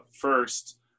First